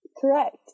Correct